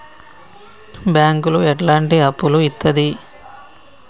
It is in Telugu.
బ్యాంకులు ఎట్లాంటి అప్పులు ఇత్తది?